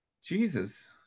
jesus